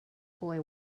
boy